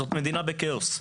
זאת מדינה בכאוס.